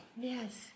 Yes